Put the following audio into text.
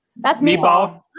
Meatball